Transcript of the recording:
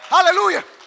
Hallelujah